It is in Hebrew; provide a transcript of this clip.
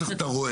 צריך את הרועה,